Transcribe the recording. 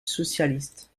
socialiste